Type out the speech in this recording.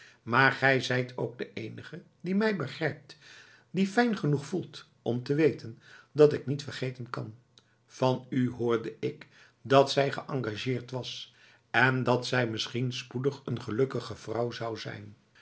maar gij zijt ook de eenige die mij begrijpt die fijn genoeg voelt om te weten dat ik niet vergeten kan van u hoorde ik dat zij geëngageerd was en dat zij misschien spoedig een gelukkige vrouw zou zijn